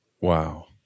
Wow